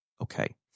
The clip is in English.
Okay